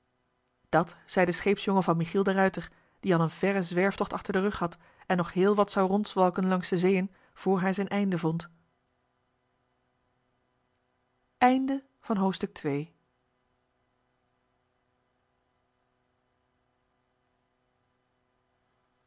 dat zei de scheepsjongen van michiel de ruijter die al een verren zwerftocht achter den rug had en nog heel wat zou rondzwalken langs de zeeën voor hij zijn einde vond joh